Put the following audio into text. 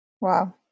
Wow